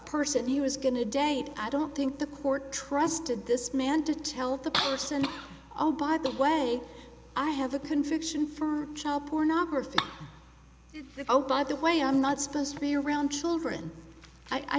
person he was going to date i don't think the court trusted this man to tell the person oh by the way i have a conviction for child pornography by the way i'm not supposed to be around children i